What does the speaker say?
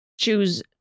choose